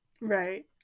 Right